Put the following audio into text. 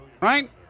right